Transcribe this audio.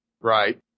Right